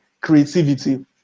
creativity